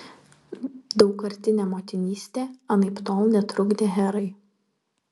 daugkartinė motinystė anaiptol netrukdė herai